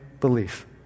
belief